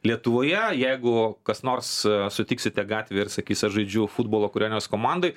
lietuvoje jeigu kas nors sutiksite gatvėj ir sakys aš žaidžiu futbolą kurioj nors komandoj